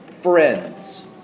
friends